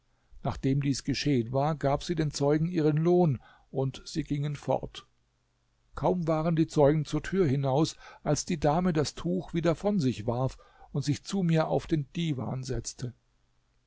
nachdem dies geschehen war gab sie den zeugen ihren lohn und sie gingen fort kaum waren die zeugen zur tür hinaus als die dame das tuch wieder von sich warf und sich zu mir auf den divan setzte